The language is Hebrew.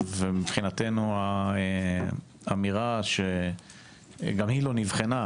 ומבחינתנו האמירה שגם היא לא נבחנה,